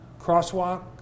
crosswalk